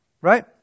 right